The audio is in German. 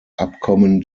abkommen